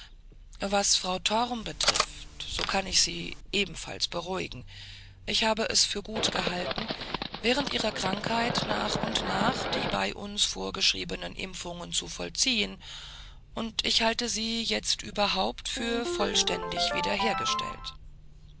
was frau torm betrifft so kann ich sie ebenfalls beruhigen ich habe es für gut gehalten während ihrer krankheit nach und nach die bei uns vorgeschriebenen impfungen zu vollziehen und ich halte sie jetzt überhaupt für vollständig wiederhergestellt